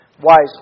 wisely